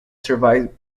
survive